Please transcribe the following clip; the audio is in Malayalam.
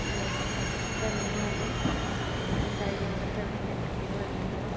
ഞാൻ സെമീനയാണ് ഞാൻ കഴിഞ്ഞ മാസം അവിടെ ചെക്കപ്പിന് വന്നിരുന്നു